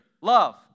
Love